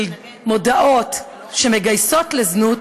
על מודעות שמגייסות לזנות,